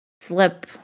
slip